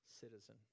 citizen